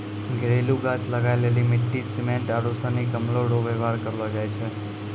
घरेलू गाछ लगाय लेली मिट्टी, सिमेन्ट आरू सनी गमलो रो वेवहार करलो जाय छै